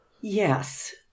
Yes